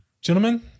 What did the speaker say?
gentlemen